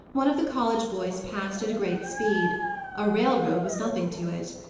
one of the college boys passed at a great speed a railroad was nothing to it.